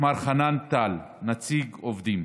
מר חנן טל נציג עובדים,